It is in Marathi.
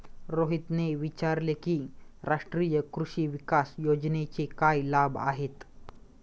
रोहितने विचारले की राष्ट्रीय कृषी विकास योजनेचे काय लाभ आहेत?